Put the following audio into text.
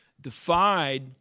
defied